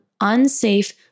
unsafe